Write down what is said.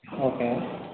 okay